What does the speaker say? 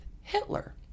Hitler